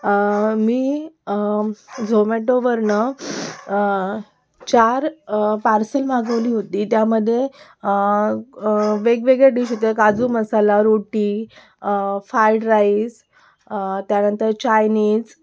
मी झोमॅटोवरनं चार पार्सल मागवली होती त्यामध्ये वेगवेगळ्या डिश होत्या काजू मसाला रोटी फाईड राईस त्यानंतर चायनीज